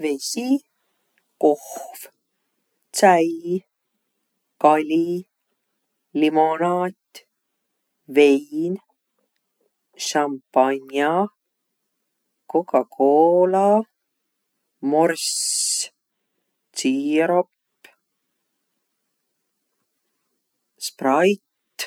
Vesi, kohv, tsäi, kali, limonaat, vein, šampanja, Coca Cola, morss, tsiirop, Sprite.